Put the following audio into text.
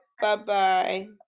Bye-bye